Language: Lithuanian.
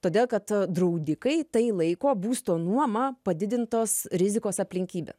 todėl kad draudikai tai laiko būsto nuomą padidintos rizikos aplinkybe